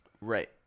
right